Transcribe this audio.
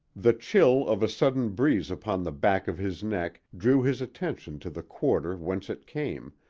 the chill of a sudden breeze upon the back of his neck drew his attention to the quarter whence it came,